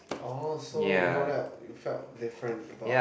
oh so you know that you felt different about